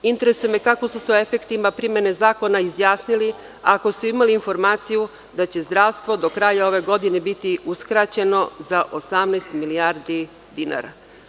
Interesuje me kako su se o efektima primene zakona izjasnili, ako su imali informaciju da će zdravstvo do kraja ove godine biti uskraćeno za 18 milijardi dinara?